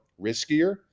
riskier